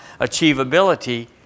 achievability